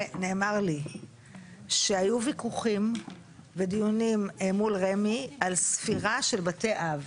ונאמר לי שהיו ויכוחים בדיונים מול רמ"י על ספירה של בתי אב.